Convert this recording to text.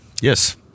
yes